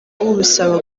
ubisaba